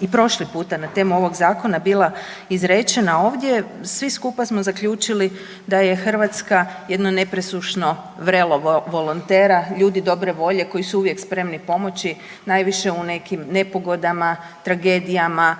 i prošli puta na temu ovog zakona bila izrečena ovdje, svi skupa smo zaključili da je Hrvatska jedno nepresušno vrelo volontera, ljudi dobre volje koji su uvijek spremni pomoći najviše u nekim nepogodama, tragedijama,